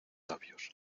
labios